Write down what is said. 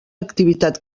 activitat